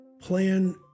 plan